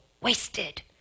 wasted